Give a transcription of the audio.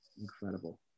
incredible